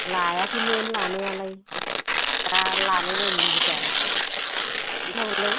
लायाखैमोन लानायलाय दा लानाय नायनो लुगैदां खिन्था हरलाय